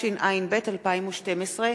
התשע”ב 2012,